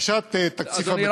הגשת תקציב אדוני,